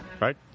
Right